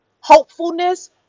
hopefulness